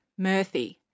Murthy